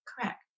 Correct